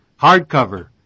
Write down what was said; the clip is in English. hardcover